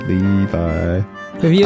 Levi